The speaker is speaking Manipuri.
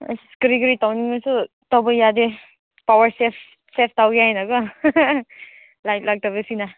ꯑꯁ ꯀꯔꯤ ꯀꯔꯤ ꯇꯧꯅꯤꯡꯉꯁꯨ ꯇꯧꯕ ꯌꯥꯗꯦ ꯄꯋꯥꯔ ꯁꯦꯐ ꯁꯦꯐ ꯇꯧꯋꯦꯅ ꯀꯣ ꯂꯥꯏꯠ ꯂꯥꯛꯇꯕꯁꯤꯅ